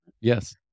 Yes